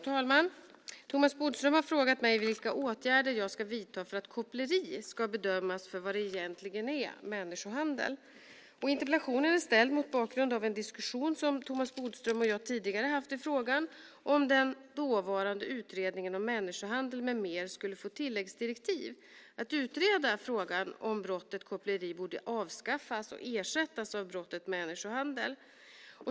Fru talman! Thomas Bodström har frågat mig vilka åtgärder jag ska vidta för att koppleri ska bedömas för vad det egentligen är, det vill säga människohandel. Interpellationen är ställd mot bakgrund av en diskussion som Thomas Bodström och jag tidigare haft i frågan om den dåvarande Utredningen om människohandel m.m. skulle få tilläggsdirektiv att utreda också frågan om brottet koppleri borde avskaffas och ersättas av brottet människohandel.